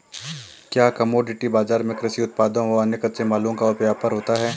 क्या कमोडिटी बाजार में कृषि उत्पादों व अन्य कच्चे मालों का व्यापार होता है?